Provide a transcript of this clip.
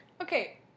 Okay